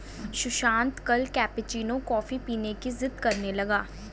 सुशांत कल cappuccino coffee पीने की जिद्द करने लगा